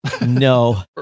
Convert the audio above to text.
no